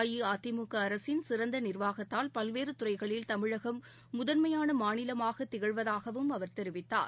அஇஅதிமுகஅரசின் சிறந்தநிர்வாகத்தால் பல்வேறுகுறைகளில் தமிழகம் முதன்மையானமாநிலமாகதிகழ்வதாகவும் அவர் தெரிவித்தார்